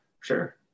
sure